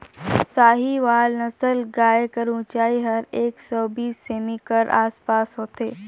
साहीवाल नसल गाय कर ऊंचाई हर एक सौ बीस सेमी कर आस पास होथे